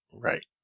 Right